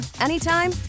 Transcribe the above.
anytime